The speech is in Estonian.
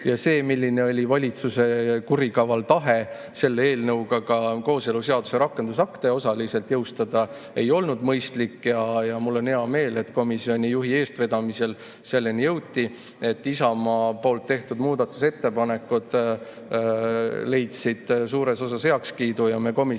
milline oli valitsuse kurikaval tahe selle eelnõuga ka kooseluseaduse rakendusakte osaliselt jõustada, ei olnud mõistlik. Mul on hea meel, et komisjoni juhi eestvedamisel selleni jõuti, et Isamaa tehtud muudatusettepanekud leidsid suures osas heakskiidu. Ja me komisjonis